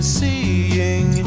seeing